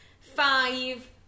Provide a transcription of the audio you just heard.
five